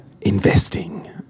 investing